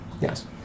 Yes